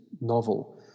novel